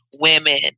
women